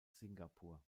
singapur